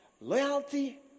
Loyalty